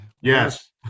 Yes